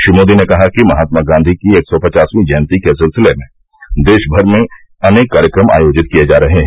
श्री मोदी ने कहा कि महात्मा गांवी की एकसौ पचासवीं जयन्ती के सिलसिले में देशमर में अनेक कार्यक्रम आयोजित किए जा रहे हैं